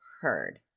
heard